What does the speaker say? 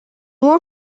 more